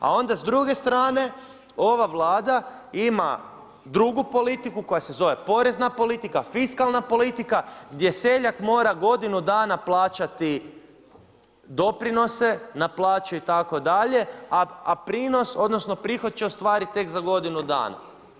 A onda s druge strane ova Vlada ima drugu politiku koja se zove porezna politika, fiskalna politika gdje seljak mora godinu dana plaćati doprinose na plaću itd., a prinos odnosno prihod će ostvariti tek za godinu dana.